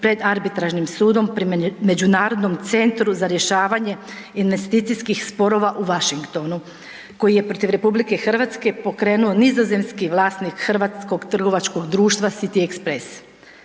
pred arbitražnim sudom pri Međunarodnom centru za rješavanje investicijskih sporova u Washingtonu koji je protiv RH pokrenuo nizozemski vlasnik hrvatskog trgovačkog društva City express.